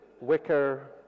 wicker